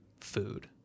food